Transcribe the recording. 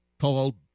called